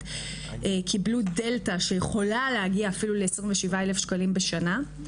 קיבלו דלתא שיכולה להגיע אפילו ל-27,000 שקלים בשנה,